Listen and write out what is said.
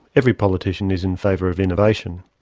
every politician is in favour of innovation.